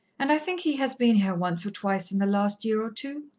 and i think he has been here once or twice in the last year or two?